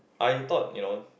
I thought you know